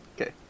Okay